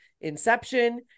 Inception